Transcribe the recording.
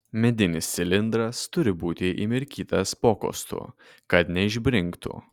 medinis cilindras turi būti įmirkytas pokostu kad neišbrinktų